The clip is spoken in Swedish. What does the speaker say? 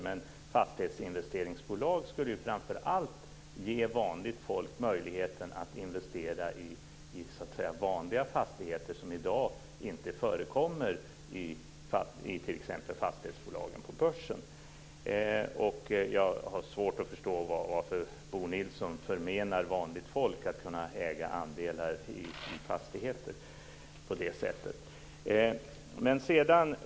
Men fastighetsinvesteringsbolag skulle framför allt ge vanligt folk möjlighet att investera i vanliga fastigheter, någonting som i dag inte förekommer i t.ex. fastighetsbolagen på börsen. Jag har svårt att förstå varför Bo Nilsson förmenar vanligt folk att äga andelar i fastigheter på det sättet.